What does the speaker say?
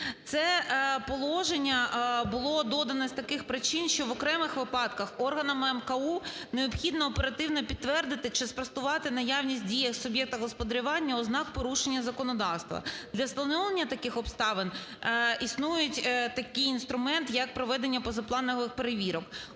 Це положення було додано з таких причин, що в окремих випадках органами АМКУ необхідно оперативно підтвердити чи спростувати наявність в діях суб'єкта господарювання ознак порушення законодавства. Для встановлення таких обставин існує такий інструмент, як проведення позапланових перевірок.